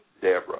Deborah